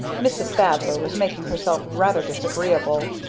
mrs. thaddler was making herself rather disagreeable.